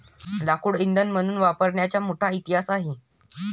लाकूड इंधन म्हणून वापरण्याचा मोठा इतिहास आहे